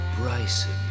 Bryson